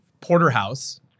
porterhouse